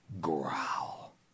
growl